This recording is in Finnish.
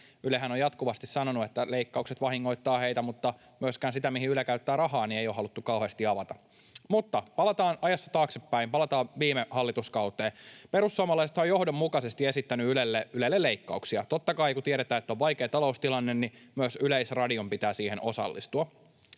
Ylehän on jatkuvasti sanonut, että leikkaukset vahingoittavat heitä, mutta myöskään sitä, mihin Yle käyttää rahaa, ei ole haluttu kauheasti avata. Mutta palataan ajassa taaksepäin, palataan viime hallituskauteen. Perussuomalaisethan ovat johdonmukaisesti esittäneet Ylelle leikkauksia. Totta kai, kun tiedetään, että on vaikea taloustilanne, niin myös Yleisradion pitää siihen osallistua.